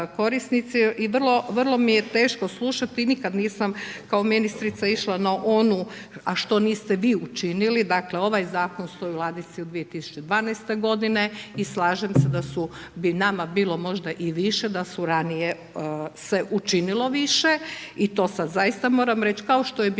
I vrlo mi je teško slušati i nikada nisam kao ministrica išla na onu a što niste vi učinili. Dakle, ovaj zakon stoji u ladici od 2012. godine i slažem se da su, bi nama bilo možda i više da su ranije se učinilo više i to sada zaista moram reći kao što je bilo